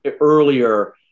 earlier